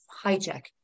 hijack